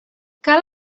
cal